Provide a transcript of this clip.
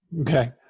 Okay